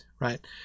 right